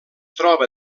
troba